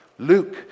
Luke